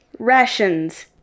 Rations